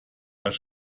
das